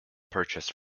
purchased